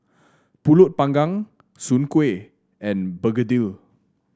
pulut panggang Soon Kuih and begedil